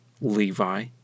Levi